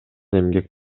эмгек